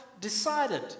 decided